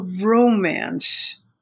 romance